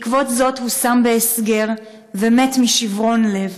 בעקבות זאת הוא הושם בהסגר ומת משיברון לב.